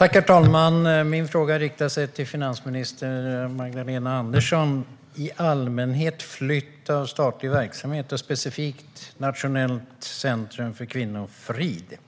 Herr talman! Min fråga riktar sig till finansminister Magdalena Andersson och gäller flytt av statlig verksamhet i allmänhet och Nationellt centrum för kvinnofrid specifikt.